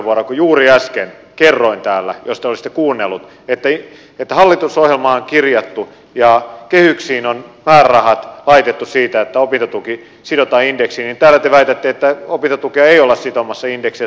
kun juuri äsken kerroin täällä jos te olisitte kuunnellut että hallitusohjelmaan on kirjattu ja kehyksiin on määrärahat laitettu siitä että opintotuki sidotaan indeksiin niin täällä te väitätte että opintotukea ei olla sitomassa indeksiin ja se on vaihtumassa johonkin ateriatuen korotukseen